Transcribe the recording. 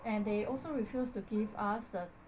and they also refused to give us the